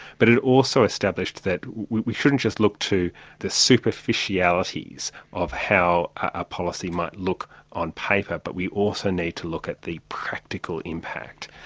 but it also established that we we shouldn't just look to the superficialities of how a policy might look on paper, but we also need to look at the practical impact.